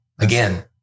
Again